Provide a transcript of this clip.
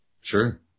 Sure